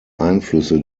einflüsse